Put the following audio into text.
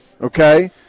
Okay